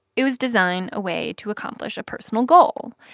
it was design a way to accomplish a personal goal.